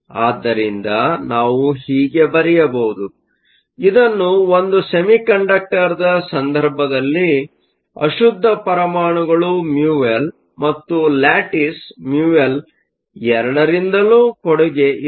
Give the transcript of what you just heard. ಆದ್ದರಿಂದ ನಾವು ಹೀಗೆ ಬರೆಯಬಹುದು ಇದನ್ನು ಒಂದು ಸೆಮಿಕಂಡಕ್ಟರ್ದ ಸಂದರ್ಭದಲ್ಲಿ ಅಶುದ್ಧ ಪರಮಾಣುಗಳು μI ಮತ್ತು ಲ್ಯಾಟಿಸ್ μL ಎರಡರಿಂದಲೂ ಕೊಡುಗೆ ಇದೆ